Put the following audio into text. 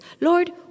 Lord